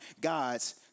God's